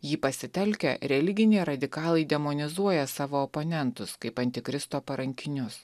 jį pasitelkę religiniai radikalai demonizuoja savo oponentus kaip antikristo parankinius